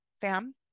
fam